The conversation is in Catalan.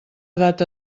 edat